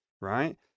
right